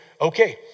Okay